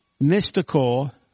mystical